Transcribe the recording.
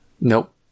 Nope